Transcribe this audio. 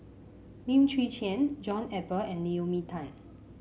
Lim Chwee Chian John Eber and Naomi Tan